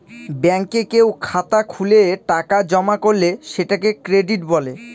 ব্যাঙ্কে কেউ খাতা খুলে টাকা জমা করলে সেটাকে ক্রেডিট বলে